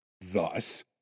Thus